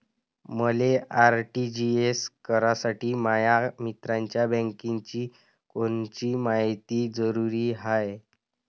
मले आर.टी.जी.एस करासाठी माया मित्राच्या बँकेची कोनची मायती जरुरी हाय?